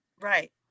Right